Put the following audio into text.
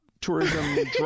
tourism